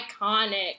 iconic